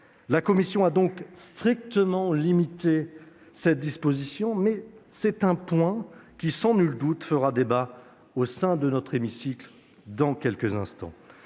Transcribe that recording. La commission a donc strictement limité cette disposition, mais c'est un point qui, sans nul doute, fera débat au sein de notre hémicycle lors de la